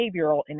behavioral